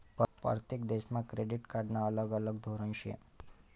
परतेक देशमा क्रेडिट कार्डनं अलग अलग धोरन शे